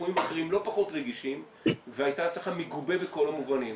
בתחומים אחרים לא פחות רגישים והייתה הצלחה מגובה בכל המובנים.